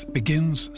begins